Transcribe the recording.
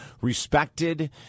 respected